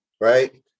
Right